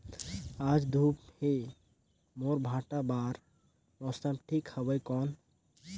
आज धूप हे मोर भांटा बार मौसम ठीक हवय कौन?